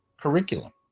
curriculum